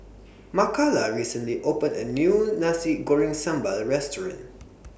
Makala recently opened A New Nasi Goreng Sambal Restaurant